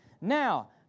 Now